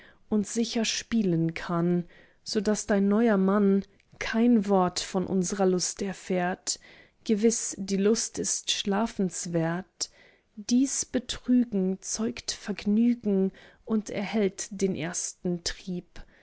und sicher spielen kann so daß dein neuer mann kein wort von unsrer lust erfährt gewiß die lust ist schlafenswert dies betrügen zeugt vergnügen und erhält den ersten trieb